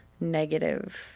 negative